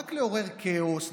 רק לעורר כאוס,